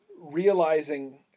realizing